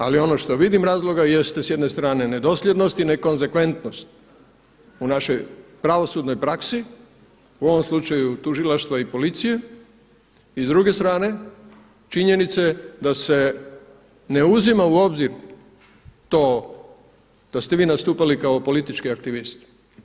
Ali ono što vidim razloga jeste s jedne strane nedosljednost i ne konsekventnost u našoj pravosudnoj praksi u ovom slučaju tužilaštva i policije i s druge strane činjenice da se ne uzima u obzir to da ste vi nastupali kao politički aktivisti.